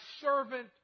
servant